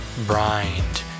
brined